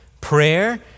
prayer